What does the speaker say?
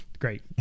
great